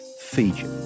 Fiji